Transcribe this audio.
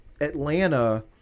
Atlanta